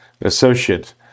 associate